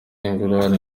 ingurane